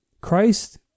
Christ